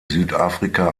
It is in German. südafrika